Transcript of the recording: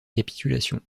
capitulation